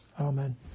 Amen